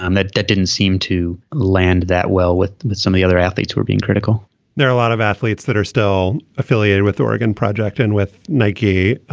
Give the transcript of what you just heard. um that that didn't seem to land that well with with some of the other athletes who are being critical there are a lot of athletes that are still affiliated with oregon project and with nike.